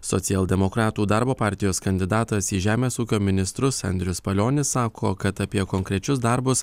socialdemokratų darbo partijos kandidatas į žemės ūkio ministrus andrius palionis sako kad apie konkrečius darbus